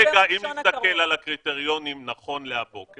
אם נסתכל על הקריטריונים נכון להבוקר